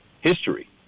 history